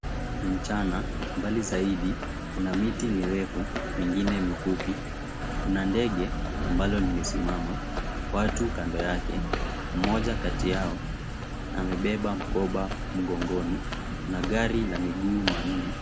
Ni mchana. Mbali zaidi kuna miti mirefu, mingine mifupi. Kuna ndege ambalo limesimama. Watu kando yake mmoja kati yao amebeba mkoba mgongoni. Kuna gari la miguu manne.